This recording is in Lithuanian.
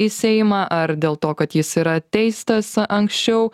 į seimą ar dėl to kad jis yra teistas anksčiau